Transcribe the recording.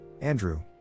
Andrew